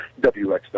WXW